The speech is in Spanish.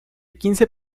quince